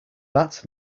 that